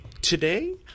Today